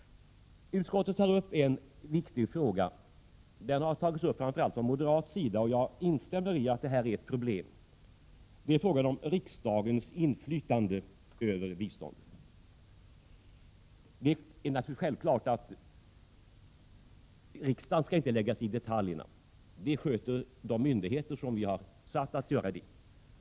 Utskottet tar upp en viktig fråga — den har framför allt tagits upp från moderat håll — och jag instämmer i att det är ett problem. Det är frågan om riksdagens inflytande över biståndet. Det är självklart att riksdagen inte skall lägga sig i detaljfrågorna. Det sköter de myndigheter som är satta att göra det.